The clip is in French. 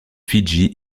fidji